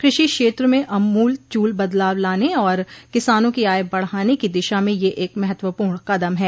कृषि क्षेत्र में आमूल चूल बदलाव लाने और किसानों की आय बढ़ाने की दिशा में यह एक महत्वपूर्ण कदम है